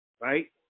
Right